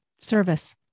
service